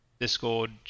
Discord